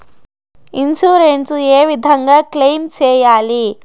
Insurance ఏ విధంగా claim సేయాలి?